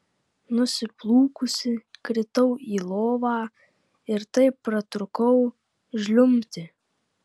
nusiplūkusi kritau į lovą ir taip pratrūkau žliumbti